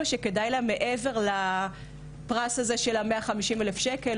שכדאי להם מעבר לפרס הזה של ה-150 אלף שקל,